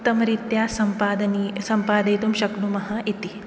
उत्तमरीत्या सम्पादन् सम्पादयितुं शक्नुमः इति